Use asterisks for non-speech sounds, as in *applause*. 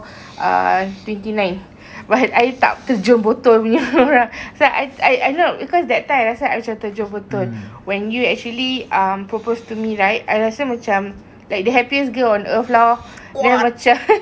uh twenty nine but I tak terjun botol punya orang *laughs* sebab I I don't know because that time I rasa macam I terjun botol when you actually uh proposed to me right I rasa macam like the happiest girl on earth lor then macam